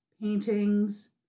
paintings